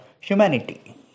humanity